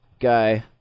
guy